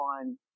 on